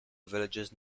villages